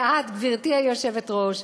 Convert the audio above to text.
ואת, גברתי היושבת-ראש,